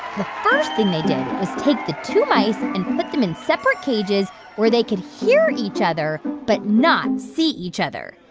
the first thing they did was take the two mice and put them in separate cages where they could hear each other but not see each other.